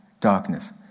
darkness